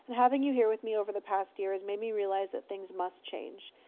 having you here with me over the past year has made me realize that things must change.